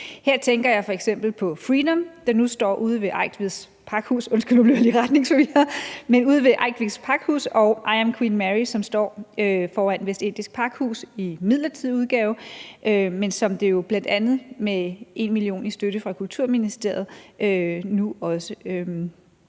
Her tænker jeg f.eks. på »Freedom«, der nu står ude ved Eigtveds Pakhus, og »I Am Queen Mary«, som står foran Vestindisk Pakhus i en midlertidig udgave, men som der jo bl.a. med 1 mio. kr. i støtte fra Kulturministeriet nu også